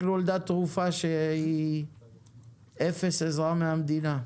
נולדה תרופה שהיא אפס עזרה מהמדינה.